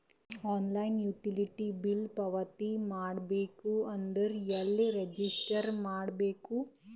Online utility bill ಪಾವತಿ ಮಾಡಬೇಕು ಅಂದ್ರ ಎಲ್ಲ ರಜಿಸ್ಟರ್ ಮಾಡ್ಬೇಕು?